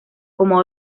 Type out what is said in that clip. como